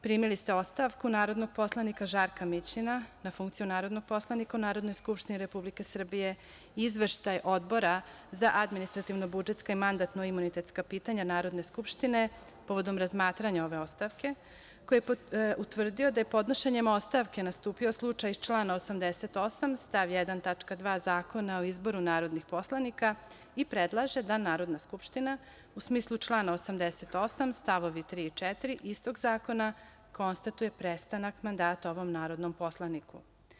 Primili ste ostavku narodnog poslanika Žarka Mićina na funkciju narodnog poslanika u Narodnoj skupštini Republike Srbije i Izveštaj Odbora za administrativno-budžetska i mandatno-imunitetska pitanja Narodne skupštine povodom razmatranja ove ostavke, koji je utvrdio da je podnošenjem ostavke nastupio slučaj iz člana 88. stav 1. tačka 2) Zakona o izboru narodnih poslanika i predlaže da Narodna skupština, u smislu člana 88. stavovi 3. i 4. istog zakona, konstatuje prestanak mandata ovom narodnom poslaniku.